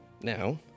now